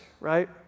right